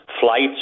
flights